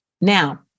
Now